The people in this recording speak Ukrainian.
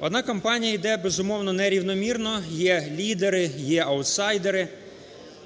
Однак кампанія йде, безумовно, нерівномірно: є лідери, є аутсайдери.